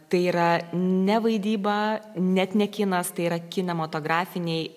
tai yra ne vaidyba net ne kinas tai yra kinematografiniai